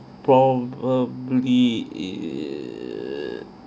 probably